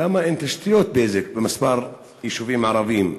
למה אין תשתיות "בזק" בכמה יישובים ערביים,